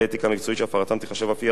והפרתם תיחשב אף היא עבירת משמעת.